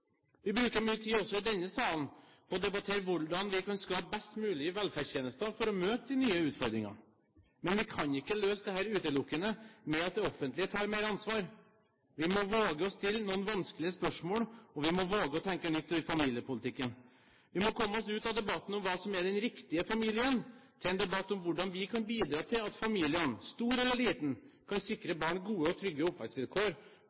Vi bruker mye tid også i denne salen på å debattere hvordan vi kan skape best mulige velferdstjenester for å møte de nye utfordringene. Men vi kan ikke løse dette utelukkende med at det offentlige tar mer ansvar. Vi må våge å stille noen vanskelige spørsmål, og vi må våge å tenke nytt i familiepolitikken. Vi må komme oss ut av debatten om hva som er den riktige familien, til en debatt om hvordan vi kan bidra til at familien, stor eller liten, kan sikre